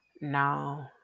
no